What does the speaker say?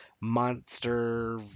monster